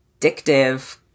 addictive